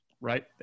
right